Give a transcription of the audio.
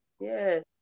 yes